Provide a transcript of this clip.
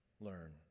learn